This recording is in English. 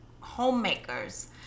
homemakers